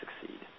succeed